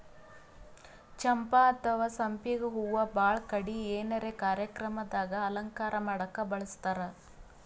ಚಂಪಾ ಅಥವಾ ಸಂಪಿಗ್ ಹೂವಾ ಭಾಳ್ ಕಡಿ ಏನರೆ ಕಾರ್ಯಕ್ರಮ್ ದಾಗ್ ಅಲಂಕಾರ್ ಮಾಡಕ್ಕ್ ಬಳಸ್ತಾರ್